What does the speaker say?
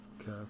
Okay